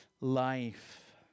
life